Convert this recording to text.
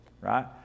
right